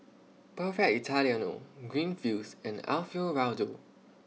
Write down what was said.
Perfect Italiano Greenfields and Alfio Raldo